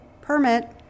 permit